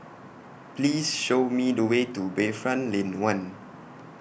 Please Show Me The Way to Bayfront Lane one